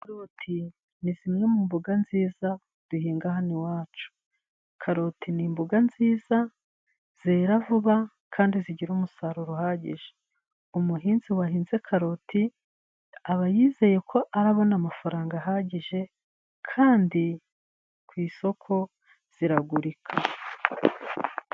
Karoti ni zimwe mu mboga nziza duhinga hano iwacu. Karoti ni imboga nziza, zera vuba, kandi zigira umusaruro uhagije. Umuhinzi wahinze karoti aba yizeye ko arabona amafaranga ahagije, kandi ku isoko ziragurika.